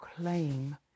claim